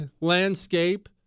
landscape